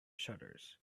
shutters